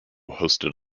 hosted